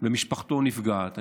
ומשפחתו נפגעת.